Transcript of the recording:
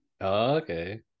okay